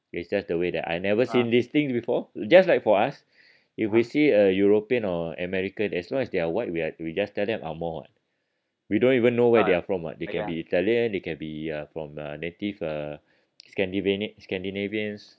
it's just the way that I never seen this thing before just like for us if we see a european or american as long as they are white we are we just tell them ang moh what we don't even know where they are from what they can be italian they can be uh from a native uh scandivania~ scandinavians